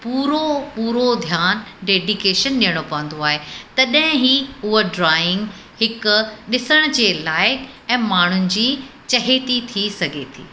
पूरो पूरो ध्यानु डेडीकेशन ॾियणो पवंदो आहे तॾहिं ई उहा ड्रॉइंग हिकु ॾिसण जे लाइक़ ऐं माण्हुनि जी चहिती थी सघे थी